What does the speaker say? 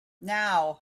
now